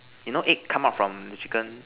you know egg come out from the chicken